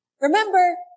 Remember